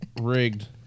rigged